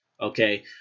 Okay